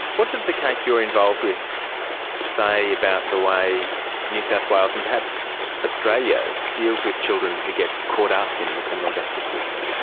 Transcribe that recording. what does the case you're involved with say about the way new south wales and perhaps australia deals with children who get caught up in the criminal justice system?